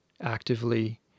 actively